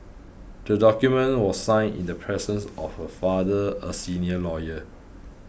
the document was signed in the presence of her father a senior lawyer